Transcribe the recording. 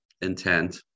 intent